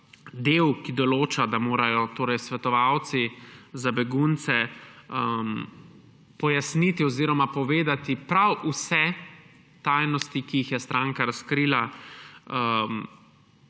del, ki določa, da morajo svetovalci za begunce pojasniti oziroma povedati prav vse tajnosti, ki jih je stranka razkrila,